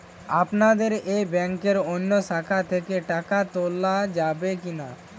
আপনাদের এই ব্যাংকের অন্য শাখা থেকে টাকা তোলা যাবে কি না?